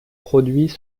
produits